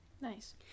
Nice